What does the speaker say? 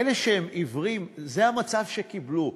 אלה שהם עיוורים, זה המצב שקיבלו.